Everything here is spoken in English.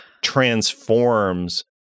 transforms